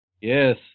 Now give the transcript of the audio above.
Yes